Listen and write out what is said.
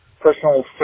personal